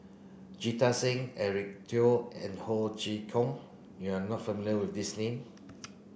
Jita Singh Eric and Ho Chee Kong you are not familiar with these name